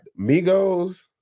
Migos